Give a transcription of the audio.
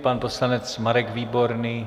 Pan poslanec Marek Výborný.